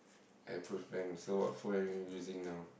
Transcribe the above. apple fan so what phone are you using now